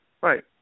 Right